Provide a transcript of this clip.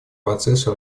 процессу